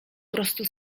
prostu